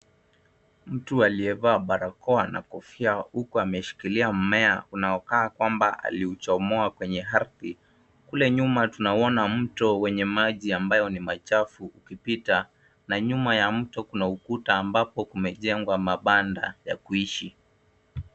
Mtu aliyevaa barakoa na kofia, huku ameshikilia mmea unaokaa kwamba aliuochomoa kwenye ardhi. Kule nyuma tunauona mto wenye maji ambayo ni machafu kupita, na nyuma ya mto kuna ukuta ambapo kumejengwa mabanda ya kuishi.